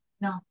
No